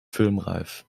filmreif